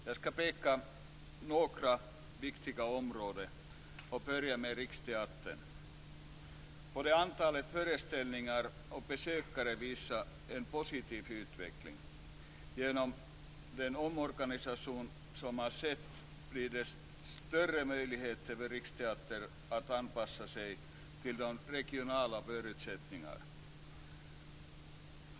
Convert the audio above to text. Jag skall peka på några viktiga områden, och jag börjar med Riksteatern. Både antalet föreställningar och antalet besökare visar här en positiv utveckling. Genom den omorganisation som har skett får Riksteatern större möjligheter att anpassa sig till de regionala förutsättningarna.